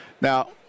Now